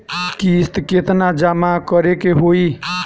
किस्त केतना जमा करे के होई?